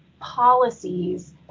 policies